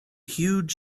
huge